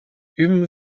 üben